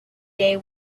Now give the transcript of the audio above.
day